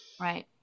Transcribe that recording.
Right